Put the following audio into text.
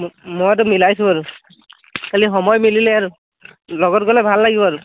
মইতো মিলাইছোঁ আৰু খালি সময় মিলিলে আৰু লগত গ'লে ভাল লাগিব আৰু